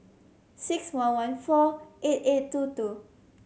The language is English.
six one one four eight eight two two